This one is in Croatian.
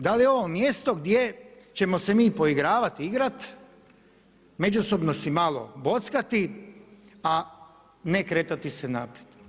Da li je ovo mjesto gdje ćemo se mi poigravati, igrati, međusobno se malo bockati a ne kretati se naprijed.